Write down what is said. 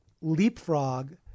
leapfrog